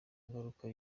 ingaruka